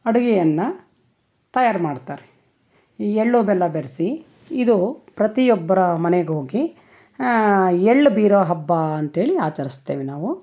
ಅಡುಗೆಯನ್ನು ತಯಾರು ಮಾಡ್ತಾರೆ ಈ ಎಳ್ಳು ಬೆಲ್ಲ ಬೆರೆಸಿ ಇದು ಪ್ರತಿಯೊಬ್ಬರ ಮನೆಗೋಗಿ ಎಳ್ಳ್ ಬೀರೋ ಹಬ್ಬ ಅಂತೇಳಿ ಆಚರಿಸ್ತೇವೆ ನಾವು